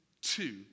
Two